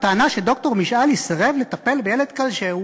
הטענה שד"ר משאלי סירב לטפל בילד כלשהו